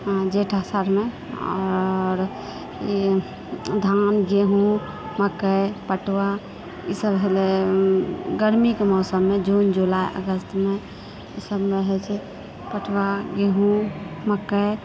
जेठ आषाढ़मे आओर ई धान गेहूँ मकइ पटवा ई सभ भेलै गर्मीके मौसममे जून जुलाइ अगस्तमे ई सभमे होइत छै पटवा गेहूँ मकइ